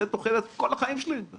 זאת תוחלת כל החיים של בן אדם.